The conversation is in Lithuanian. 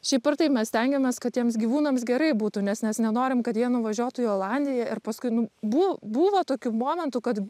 šiaip ar taip mes stengiamės kad tiems gyvūnams gerai būtų nes nes nenorim kad jie nuvažiuotų į olandiją ir paskui nu buv buvo tokių momentų kad